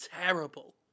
terrible